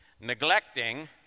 Neglecting